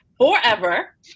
forever